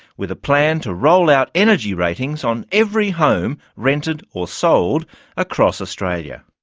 with a plan to roll out energy ratings on every home rented or sold across australia.